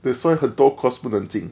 that's why 很多 course 不能进